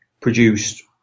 produced